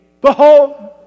Behold